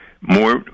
More